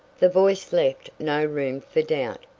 the voice left no room for doubt.